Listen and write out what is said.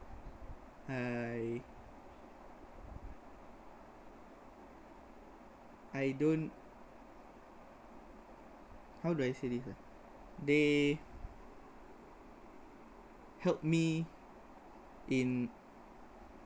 I I don't how do I say this ah they help me in